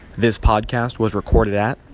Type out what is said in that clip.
this podcast was recorded at.